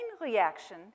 reaction